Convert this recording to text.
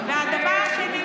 והדבר השני,